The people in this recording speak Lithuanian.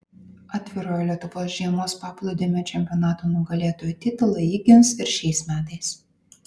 atvirojo lietuvos žiemos paplūdimio čempionato nugalėtojų titulą ji gins ir šiais metais